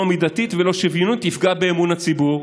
לא מידתית ולא שוויונית תפגע באמון הציבור.